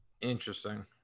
Interesting